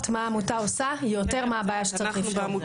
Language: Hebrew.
מה העמותה עושה ויותר מה הבעיה שצריך לפתור,